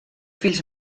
fills